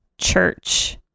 church